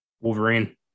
Wolverine